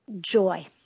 joy